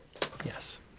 Yes